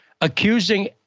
accusing